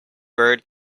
bird